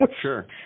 Sure